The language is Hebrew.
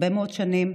הרבה מאוד שנים,